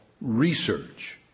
research